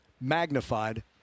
magnified